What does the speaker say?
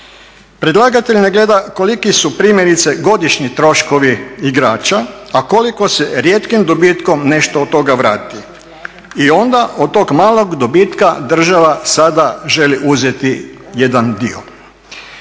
Predlagatelj ne gleda koliki su primjerice godišnji troškovi igrača, a koliko se rijetkim dobitkom nešto od toga vrati i onda od tog malog dobitka država sada želi uzeti jedan dio.